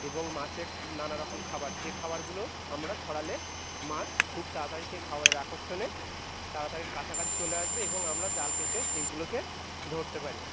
এবং মাছের নানারকম খাবার যে খাবারগুলো আমরা ছড়ালে মাছ খুব তাড়াতাড়ি সেই খাবারের আকর্ষণে তাড়াতাড়ি কাছাকাছি চলে আসবে এবং আমরা জাল পেতে সেইগুলোকে ধরতে পারি